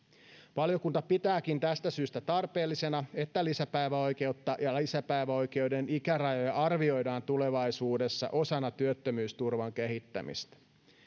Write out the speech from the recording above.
valiokunta pitääkin tästä syystä tarpeellisena että lisäpäiväoikeutta ja lisäpäiväoikeuden ikärajoja arvioidaan tulevaisuudessa osana työttömyysturvan kehittämistä